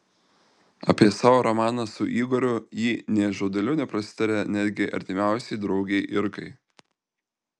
apie savo romaną su igoriu ji nė žodeliu neprasitarė netgi artimiausiai draugei irkai